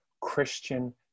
Christian